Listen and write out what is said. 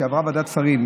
שעברה ועדת שרים,